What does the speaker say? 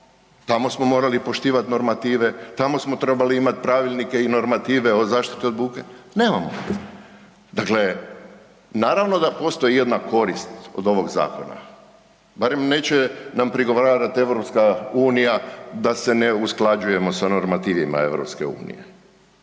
tamo smo morali poštivat normative, tamo smo trebali imat Pravilnike i normative o zaštiti od buke, nemamo. Dakle, naravno da postoji jedna korist od ovog zakona, barem neće nam prigovarat EU da se ne usklađujemo sa normativima EU, ali